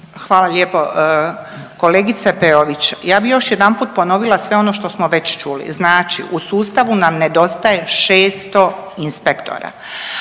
Hvala lijepo. Kolegice Peović, ja bi još jedanput ponovila sve ono što smo već čuli. Znači u sustavu nam nedostaje 600 inspektora.